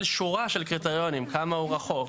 שורה של קריטריונים: כמה הוא רחוק,